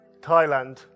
Thailand